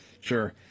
Sure